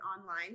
online